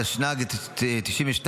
התשנ"ג 1992,